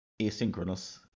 asynchronous